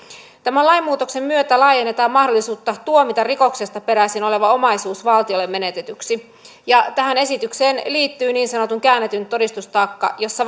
tämän lainmuutoksen myötä laajennetaan mahdollisuutta tuomita rikoksesta peräisin oleva omaisuus valtiolle menetetyksi ja tähän esitykseen liittyy niin sanottu käännetty todistustaakka jossa